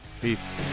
Peace